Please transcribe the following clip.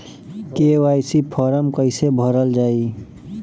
KYC form कइसे भरल जाइ?